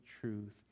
truth